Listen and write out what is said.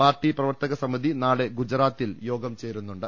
party പ്രവർത്തക സമിതി നാളെ ഗുജറാത്തിൽ യോഗം ചേരു ന്നുണ്ട്